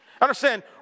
Understand